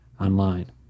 online